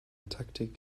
taktik